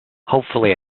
hopefully